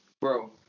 Bro